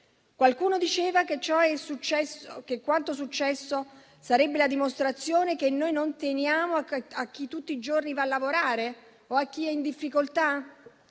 Qualcuno diceva che quanto successo sarebbe la dimostrazione che noi non teniamo a chi tutti i giorni va a lavorare o a chi è in difficoltà.